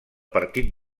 partit